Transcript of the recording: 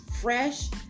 fresh